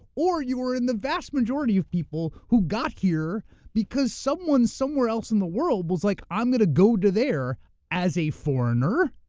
or you were in the vast majority of people who got here because someone somewhere else in the world was like, i'm gonna go to there as a foreigner,